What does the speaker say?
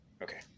Okay